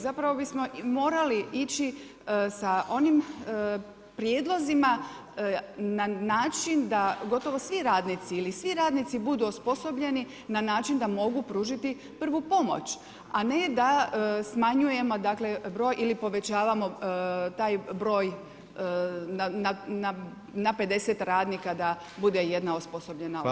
Zapravo bismo morali ići sa onim prijedlozima na način da gotovo svi radnici ili svi radnici budu osposobljeni na način da mogu pružiti prvu pomoć, a ne da smanjujemo dakle ili povećavamo taj broj na 50 radnika da bude jedna osposobljena osoba.